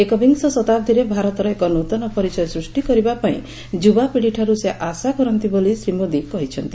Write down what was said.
ଏକବିଂଶ ଶତାବ୍ଦୀରେ ଭାରତର ଏକ ନୂତନ ପରିଚୟ ସ୍ପଷ୍ଟି କରିବା ପାଇଁ ଯୁବାପିଡିଠାରୁ ସେ ଆଶା କରନ୍ତି ବୋଲି ଶ୍ରୀ ମୋଦି କହିଛନ୍ତି